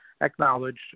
acknowledged